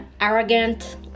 arrogant